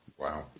Wow